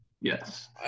yes